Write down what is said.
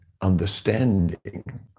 understanding